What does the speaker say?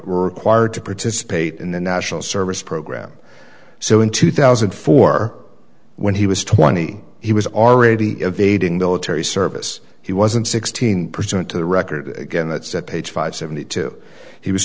required to participate in a national service program so in two thousand and four when he was twenty he was already evading military service he wasn't sixteen percent to the record again that's at page five seventy two he was